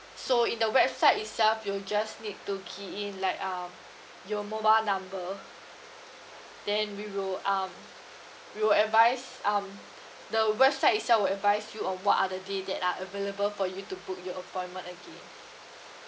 so in the website itself you'll just need to key in like um your mobile number then we will um we will advise um the website itself will advise you on what are the date that are available for you to book your appointment again